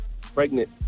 Pregnant